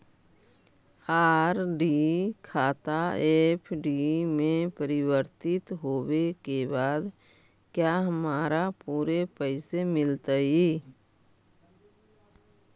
RD खाता FD में परिवर्तित होवे के बाद क्या हमारा पूरे पैसे मिलतई